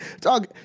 Dog